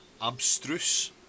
abstruse